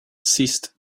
ceased